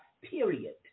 period